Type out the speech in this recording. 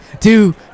two